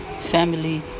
family